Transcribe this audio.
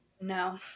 No